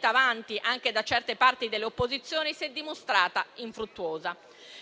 avanti anche da certe parti delle opposizioni, si è dimostrata infruttuosa.